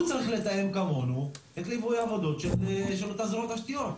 הוא צריך לתאם כמונו את ליווי העבודות של אותה זרוע תשתיות,